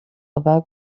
about